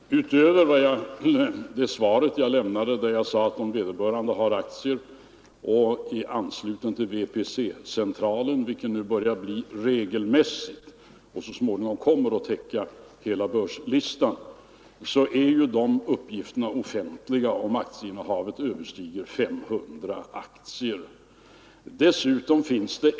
Herr talman! I det svar jag lämnade sade jag att uppgifterna hos Värdepapperscentralen är offentliga om innehavet överstiger 500 aktier. Anslutning till VPC börjar bli regelmässig och centralen kommer snart att täcka in hela börslistan. Dessutom finns det en regel som säger att styrelseledamöterna i företag har skyldighet att till bankinspektionen rap 65 Tisdagen den !